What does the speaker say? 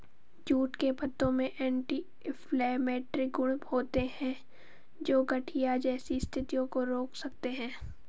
jute के पत्तों में एंटी इंफ्लेमेटरी गुण होते हैं, जो गठिया जैसी स्थितियों को रोक सकते हैं